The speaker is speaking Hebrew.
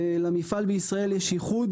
למפעל בישראל יש ייחוד